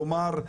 כלומר,